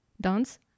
dance